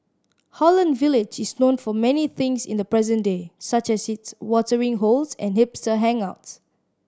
Holland Village is known for many things in the present day such as its watering holes and hipster hangouts